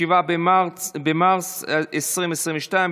התשפ"ב 2022,